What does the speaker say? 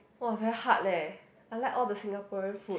!wah! very hard leh I like all the Singaporean food